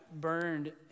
burned